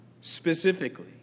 specifically